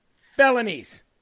felonies